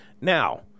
Now